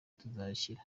tuzashyira